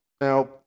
Now